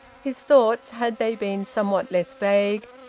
his thoughts, had they been somewhat less vague,